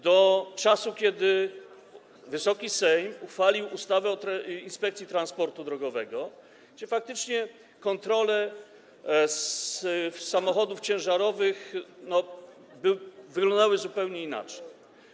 do czasu, kiedy Wysoki Sejm uchwalił ustawę o Inspekcji Transportu Drogowego, że faktycznie kontrole samochodów ciężarowych wyglądały zupełnie inaczej.